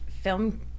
film